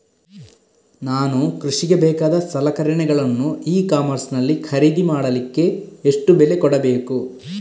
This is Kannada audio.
ನಾನು ಕೃಷಿಗೆ ಬೇಕಾದ ಸಲಕರಣೆಗಳನ್ನು ಇ ಕಾಮರ್ಸ್ ನಲ್ಲಿ ಖರೀದಿ ಮಾಡಲಿಕ್ಕೆ ಎಷ್ಟು ಬೆಲೆ ಕೊಡಬೇಕು?